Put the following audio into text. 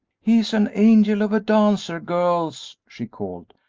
he's an angel of a dancer, girls, she called,